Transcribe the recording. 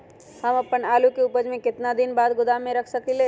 हम अपन आलू के ऊपज के केतना दिन बाद गोदाम में रख सकींले?